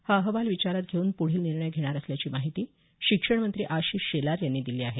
हा अहवाल विचारात घेऊन पुढील निर्णय घेणार असल्याची माहिती शिक्षणमंत्री आशिष शेलार यांनी दिली आहे